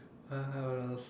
uh what else